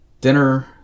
dinner